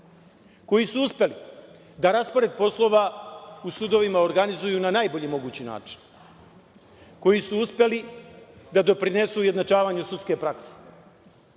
koji su uspeli da raspored poslova u sudovima organizuju na najbolji mogući način, koji su uspeli da doprinesu ujednačavanju sudske prakse,